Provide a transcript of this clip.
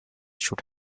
should